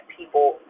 people